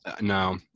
no